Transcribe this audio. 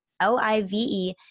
L-I-V-E